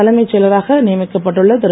தலைமைச் செயலராக நியமிக்கப்பட்டுள்ள திரு